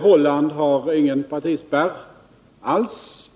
Holland har ingen partispärr alls.